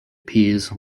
peas